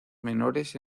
menores